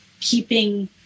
keeping